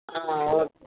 ஆ ஆ ஓகே